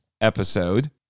episode